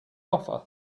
offer